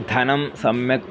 धनं सम्यक्